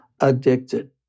addicted